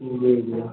जी जी